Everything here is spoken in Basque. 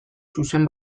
zuzen